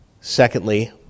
secondly